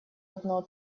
одно